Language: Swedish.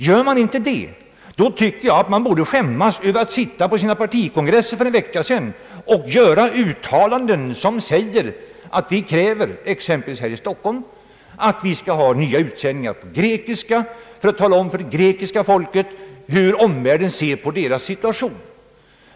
Om inte tycker jag att de borde skämmas över att de satt på distriktskongresserna för en vecka sedan och gjorde uttalanden, i Stockholm bl.a., där man krävde att Sveriges Radio skall göra nya utsändningar på grekiska för att tala om för det grekiska folket hur omvärlden ser på dess situation.